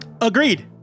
Agreed